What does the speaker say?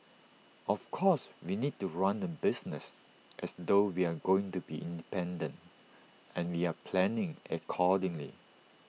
of course we need to run the business as though we're going to be independent and we're planning accordingly